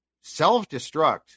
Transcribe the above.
self-destruct